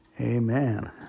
Amen